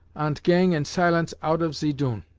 ant gang in silence out of ze doon.